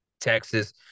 Texas